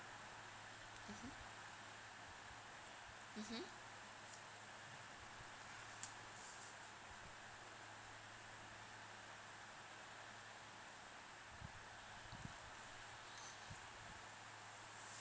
mmhmm mmhmm